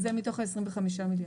זה מתוך 25 מיליארד.